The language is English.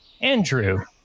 andrew